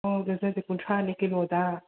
ꯑꯣ ꯒꯖꯔꯖꯦ ꯀꯨꯟꯊ꯭ꯔꯥꯅꯦ ꯀꯤꯂꯣꯗ